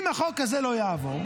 אם החוק הזה לא יעבור,